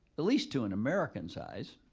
at least to an american's eyes.